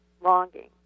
longing